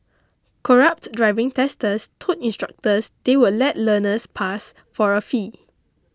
corrupt driving testers told instructors they would let learners pass for a fee